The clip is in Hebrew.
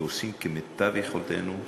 ועושים כמיטב יכולתנו.